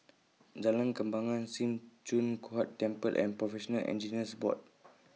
Jalan Kembangan SIM Choon Huat Temple and Professional Engineers Board